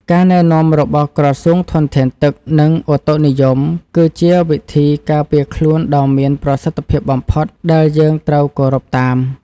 ការណែនាំរបស់ក្រសួងធនធានទឹក និងឧតុនិយមគឺជាវិធីការពារខ្លួនដ៏មានប្រសិទ្ធភាពបំផុតដែលយើងត្រូវគោរពតាម។